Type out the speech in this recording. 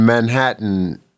Manhattan